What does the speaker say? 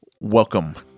welcome